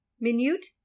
minute